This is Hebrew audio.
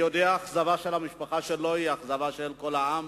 אני יודע שהאכזבה של המשפחה שלו היא האכזבה של כל העם,